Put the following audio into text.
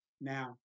Now